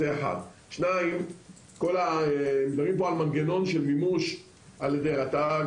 2. מדברים פה על מנגנון מימוש על ידי רט"ג,